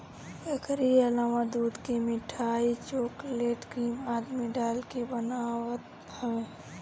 एकरी अलावा दूध के मिठाई, चोकलेट, क्रीम आदि में डाल के बनत हवे